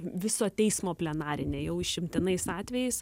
viso teismo plenarinė jau išimtinais atvejais